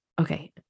Okay